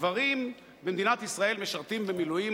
גברים במדינת ישראל משרתים במילואים,